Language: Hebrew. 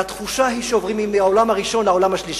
והתחושה היא שעוברים מהעולם הראשון לעולם השלישי.